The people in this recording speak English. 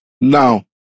Now